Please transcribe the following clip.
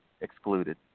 excluded